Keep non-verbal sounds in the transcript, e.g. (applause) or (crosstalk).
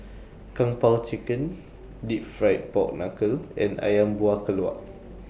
Kung Po Chicken (noise) Deep Fried Pork Knuckle and Ayam Buah Keluak